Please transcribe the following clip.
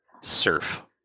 Surf